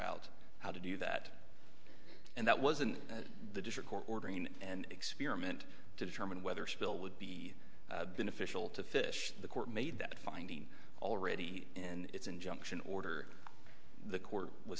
out how to do that and that was in the district court ordering an experiment to determine whether a bill would be beneficial to fish the court made that finding already in its injunction order the court was